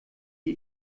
die